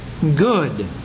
good